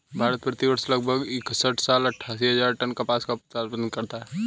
भारत, प्रति वर्ष लगभग इकसठ लाख अट्टठासी हजार टन कपास का उत्पादन करता है